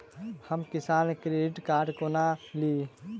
हम किसान credit card कोना ली?